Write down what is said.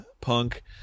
punk